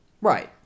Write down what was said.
Right